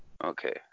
Okay